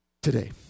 Today